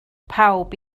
pawb